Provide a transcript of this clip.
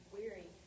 weary